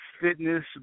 fitness